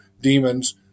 demons